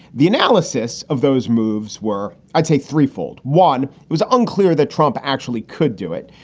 the analysis of those moves were, i'd say, three fold. one, it was unclear that trump actually could do it,